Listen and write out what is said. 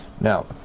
Now